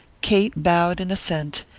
kate bowed in assent,